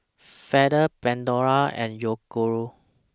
Feather Pandora and Yoguru